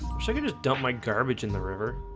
so i could just dump my garbage in the river